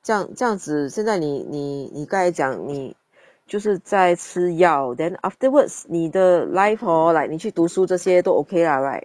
这样这样子现在你你你刚才讲你就是在吃药 then afterwards 你的 life hor like 你去读书这些都 okay lah right